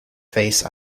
face